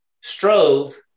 strove